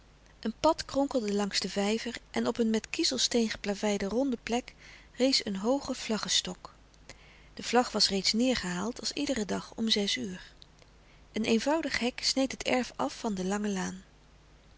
een pad kronkelde langs den vijver en op een met kiezelsteen geplaveide ronde plek rees een hooge vlaggestok de vlag was reeds neêrgehaald als iederen dag om zes uur een eenvoudig hek sneed het erf af van de lange laan